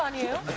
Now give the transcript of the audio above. um you